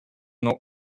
know